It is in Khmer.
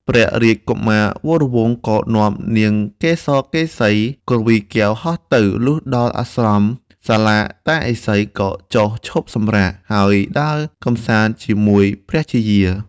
ព្រះរាជកុមារវរវង្ស ក៏នាំនាងកេសកេសីគ្រវីកែវហោះទៅ លុះដល់អាស្រមសាលាតាឥសី ក៏ចុះឈប់សម្រាក ហើយដើរកម្សាន្តជាមួយព្រះជាយា។